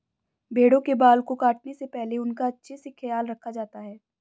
भेड़ों के बाल को काटने से पहले उनका अच्छे से ख्याल रखा जाता है